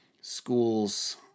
schools